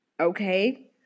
okay